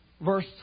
verse